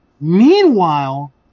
Meanwhile